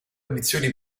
ambizioni